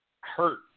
hurt